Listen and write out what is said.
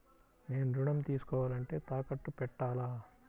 నేను ఋణం తీసుకోవాలంటే తాకట్టు పెట్టాలా?